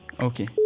Okay